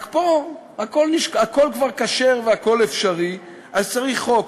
רק פה הכול כבר כשר והכול אפשרי, אז צריך חוק.